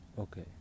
Okay